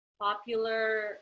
popular